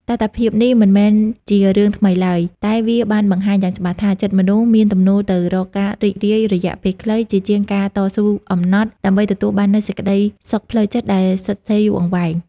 តថភាពនេះមិនមែនជារឿងថ្មីឡើយ តែវាបានបង្ហាញយ៉ាងច្បាស់ថា ចិត្តមនុស្សមានទំនោរទៅរកការរីករាយរយៈពេលខ្លី ជាជាងការតស៊ូអំណត់ ដើម្បីទទួលបាននូវសេចក្តីសុខផ្លូវចិត្តដែលស្ថិតស្ថេរយូរអង្វែង។